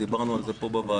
דיברנו על זה פה בוועדה.